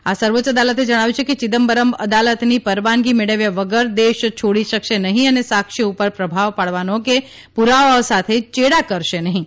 આ સર્વોચ્ય અદાલતે જણાવ્યું કે ચિદમ્બરમ અદાલતની પરવાનગી મેળવ્યા વગર દેશ છોડી શકશે નહીં અને સાક્ષીઓ ઉપર પ્રભાવ પાડવાનો કે પૂરાવાઓ સાથે ચેડાં કરશે નહિં